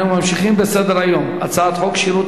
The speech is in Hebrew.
אנחנו ממשיכים בסדר-היום: הצעת חוק שירות